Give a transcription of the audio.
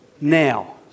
now